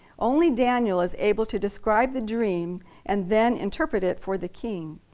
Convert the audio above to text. only daniel is able to describe the dream and then interpret it for the king.